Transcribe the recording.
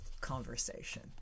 conversation